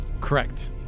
Correct